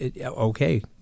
okay